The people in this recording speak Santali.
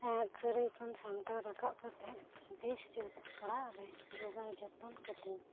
ᱠᱷᱟᱹᱨᱟᱭ ᱠᱷᱚᱱ ᱥᱟᱢᱴᱟᱣ ᱨᱟᱠᱟᱵ ᱠᱟᱛᱮ ᱵᱮᱥ ᱡᱩᱛ ᱚᱲᱟᱜ ᱨᱮ ᱡᱚᱜᱟᱣ ᱡᱚᱛᱚᱱ ᱠᱟᱛᱮ ᱤᱧ